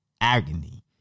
agony